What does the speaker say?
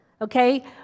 okay